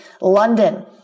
London